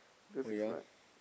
cause it's my